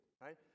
right